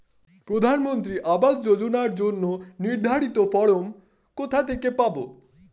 প্রধানমন্ত্রী আবাস যোজনার জন্য নির্ধারিত ফরম কোথা থেকে পাব?